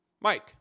Mike